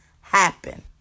happen